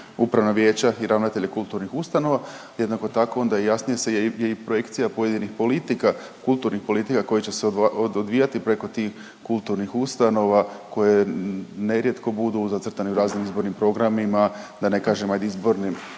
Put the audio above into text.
upravna vijeća i ravnatelje kulturnih ustanova, jednako tako onda i jasnije se i projekcija pojedinih politika, kulturnih politika koji će se odvijati preko tih kulturnih ustanova koje nerijetko budu zacrtani u raznim izbornim programima, da ne kažem ajd izbornim